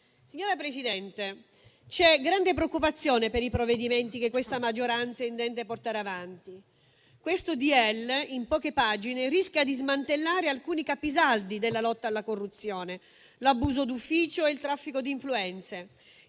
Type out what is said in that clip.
Signor Presidente, vi è grande preoccupazione per i provvedimenti che questa maggioranza intende portare avanti. Questo disegno di legge in poche pagine rischia di smantellare alcuni capisaldi della lotta alla corruzione - l'abuso d'ufficio e il traffico di influenze